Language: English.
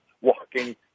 walking